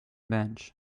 bench